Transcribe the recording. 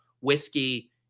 whiskey